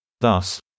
Thus